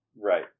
Right